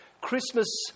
Christmas